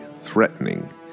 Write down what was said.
threatening